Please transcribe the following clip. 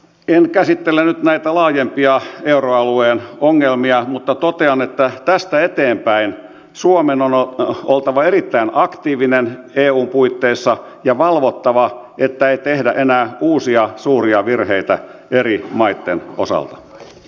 en käsittele nyt näitä laajempia euroalueen ongelmia mutta totean että tästä eteenpäin suomen oltava erittäin aktiivinen eun puitteissa ja valvottava että ei tehdä enää uusia suuria virheitä eri maitten osalta